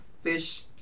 fish